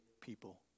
people